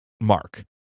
Mark